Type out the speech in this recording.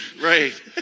Right